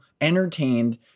entertained